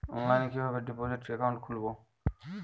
অনলাইনে কিভাবে deposit account খুলবো?